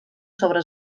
sobre